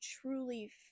truly